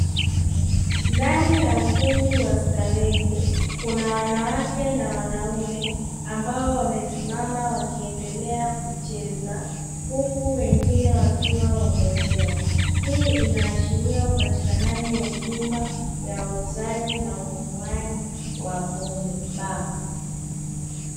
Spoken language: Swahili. Ndani ya ukumbi wa starehe kuna wanawake na wanaume ambao wamesimama wakiendelea kucheza huku wengine wakiwa wamelewa. Hii inaashiria upatikanaji wa huduma ya uuzaji na ununuaji wa pombe [baa].